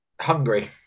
Hungry